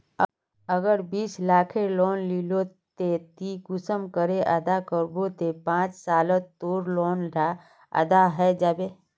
अगर बीस लाखेर लोन लिलो ते ती कुंसम करे अदा करबो ते पाँच सालोत तोर लोन डा अदा है जाबे?